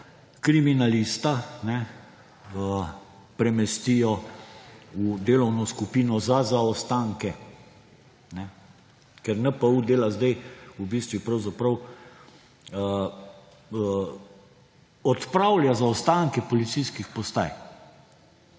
kriminalista premestijo v delovno skupino za zaostanke, ker NPU zdaj v bistvu pravzaprav odpravlja zaostanke policijskih postaj.